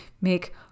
make